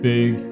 Big